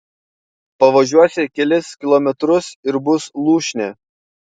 pavažiuosi kelis kilometrus ir bus lūšnė